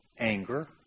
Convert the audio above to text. anger